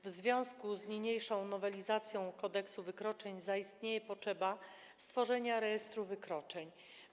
W związku z niniejszą nowelizacją Kodeksu wykroczeń zaistnieje potrzeba stworzenia rejestru wykroczeń.